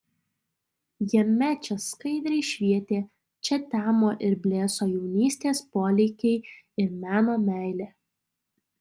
jame čia skaidriai švietė čia temo ir blėso jaunystės polėkiai ir meno meilė